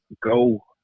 go